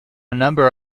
number